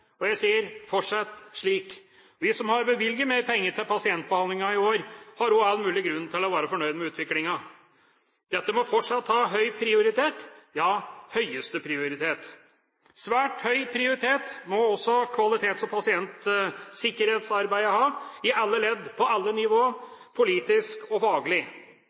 ventetid. Jeg gratulerer alle ansatte og helse- og omsorgsministeren, og sier: Fortsett slik. Vi som har bevilget mer penger til pasientbehandling i år, har også all mulig grunn til å være fornøyd med utviklingen. Dette må fortsatt ha høy prioritet – ja, høyeste prioritet. Svært høy prioritet må også kvalitets- og pasientsikkerhetsarbeidet ha, i alle ledd på alle nivå, politisk og faglig.